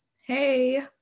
hey